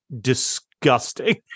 disgusting